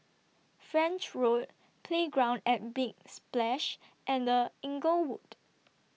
French Road Playground At Big Splash and The Inglewood